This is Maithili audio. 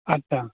अच्छा